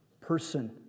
person